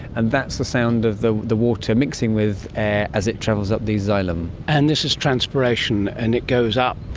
and that's the sound of the the water mixing with air as it travels up the xylem. and this is transpiration and it goes up.